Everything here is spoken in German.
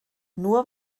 nur